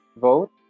vote